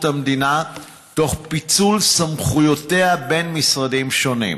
המדינה תוך פיצול סמכויותיה בין משרדים שונים.